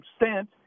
extent